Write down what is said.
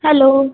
hello